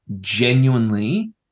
genuinely